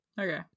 Okay